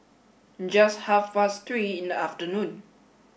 just half past three in the afternoon